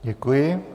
Děkuji.